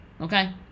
okay